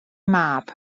mab